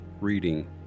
reading